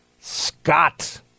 Scott